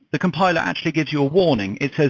the complier actually gives you a warning. it says,